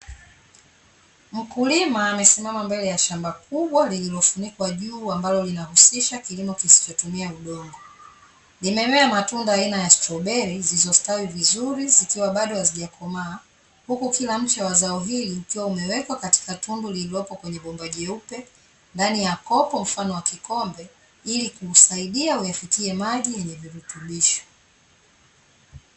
Mkulima amesimama mbele ya shamba kubwa lililofunikwa juu ambalo linahusisha kilimo kisichotumia udongo. Limemea matunda aina ya stroberi zilizostawi vizuri zikiwa bado hazijakomaa, huku kila mche wa zao hili ukiwa umewekwa katika tundu lililopo kwenye bomba jeupe ndani ya kopo mfano wa kikombe, ili kuusaidia ufikie maji yenye virutubisho.